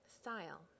style